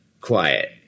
quiet